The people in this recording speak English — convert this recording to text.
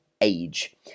age